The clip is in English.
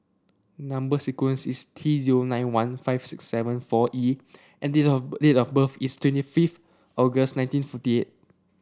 number sequence is T zero nine one five six seven four E and date of date of birth is twenty fifth August nineteen forty eight